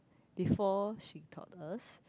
before she taught us